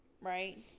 right